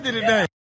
today